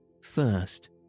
First